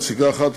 נציגה אחת,